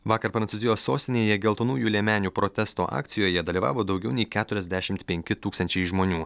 vakar prancūzijos sostinėje geltonųjų liemenių protesto akcijoje dalyvavo daugiau nei keturiasdešimt penki tūkstančiai žmonių